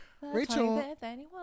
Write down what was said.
Rachel